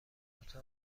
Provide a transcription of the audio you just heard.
اتاق